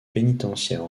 pénitentiaire